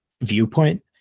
viewpoint